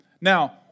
Now